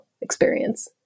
experience